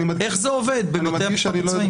איך זה עובד בבתי המשפט הצבאיים?